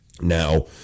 Now